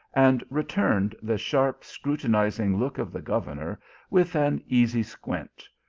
and returned the sharp, scrutinizing look of the governor with an easy squint,